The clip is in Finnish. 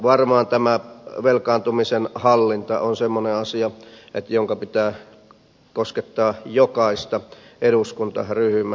varmaan tämä velkaantumisen hallinta on semmoinen asia jonka pitää koskettaa jokaista eduskuntaryhmää